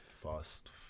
Fast